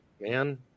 man